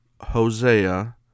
Hosea